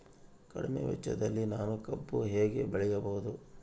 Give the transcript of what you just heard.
ಕಡಿಮೆ ವೆಚ್ಚದಲ್ಲಿ ನಾನು ಕಬ್ಬು ಹೇಗೆ ಬೆಳೆಯಬಹುದು?